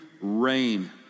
reign